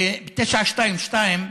ב-922,